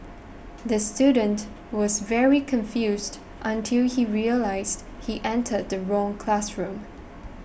the student was very confused until he realised he entered the wrong classroom